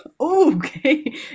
okay